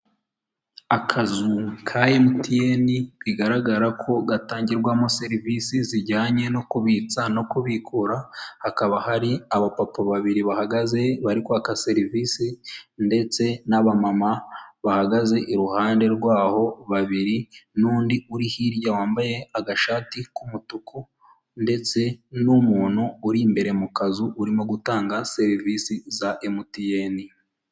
Akazu ka emutiyeni bigaragara ko gatangirwamo serivisi zijyanye no kubitsa no kubikura hakaba hari abapapa babiri bahagaze bari kwaka serivisi ndetse n'abama bahagaze iruhande rwaho babiri n'undi uri hirya wambaye agashati k'umutuku ndetse n'umuntu uri imbere mu kazu urimo gutanga serivisi za emutiyeni.